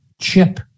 chip